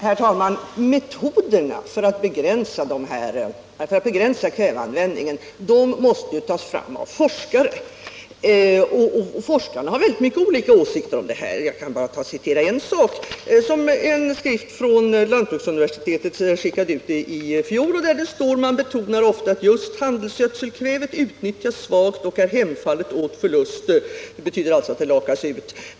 Herr talman! Metoderna för att begränsa handelsgödselanvändningen måste tas fram av forskare, och forskarna har olika åsikter om detta problem. Jag kan citera en skrift som lantbruksuniversitetet skickade ut i fjol. Där står: ”Man betonar ofta att just handelsgödselkvävet utnyttjas svagt och är hemfallet åt förluster.” Det betyder alltså att det lakas ut.